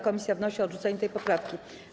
Komisja wnosi o odrzucenie tej poprawki.